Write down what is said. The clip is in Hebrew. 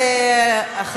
יום אחר.